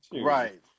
Right